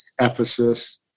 Ephesus